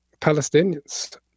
Palestinians